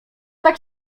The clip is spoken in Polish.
tak